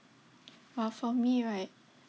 !wah! for me right